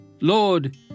Lord